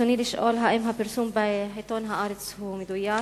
ברצוני לשאול: האם הפרסום בעיתון "הארץ" מדויק?